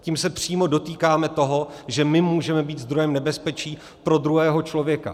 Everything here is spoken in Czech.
Tím se přímo dotýkáme toho, že my můžeme být zdrojem nebezpečí pro druhého člověka.